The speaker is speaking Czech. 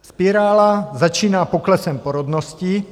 Spirála začíná poklesem porodnosti.